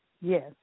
Yes